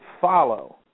follow